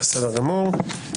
בסדר גמור.